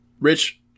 Rich